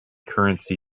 currency